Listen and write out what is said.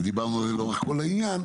דיברנו על זה לאורך כל העניין,